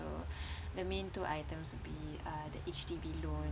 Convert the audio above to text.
so the main two items would be uh the H_D_B loan